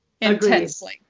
intensely